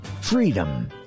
Freedom